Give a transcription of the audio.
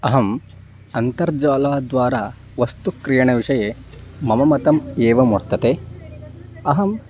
अहम् अन्तर्जालाद्वारा वस्तुक्रियणविषये मम मतम् एवं वर्तते अहं